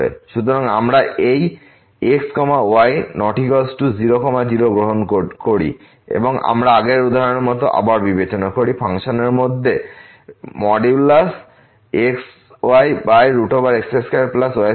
সুতরাং আমরা এই x y≠0 0 গ্রহণ করি এবং আমরা আগের উদাহরণের মতো আবার বিবেচনা করি ফাংশনের মধ্যে xyx2y2 0এই পার্থক্য